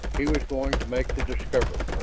he was going to make the discovery,